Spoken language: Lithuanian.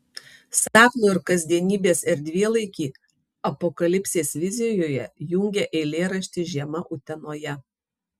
sapno ir kasdienybės erdvėlaikį apokalipsės vizijoje jungia eilėraštis žiema utenoje